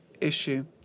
issue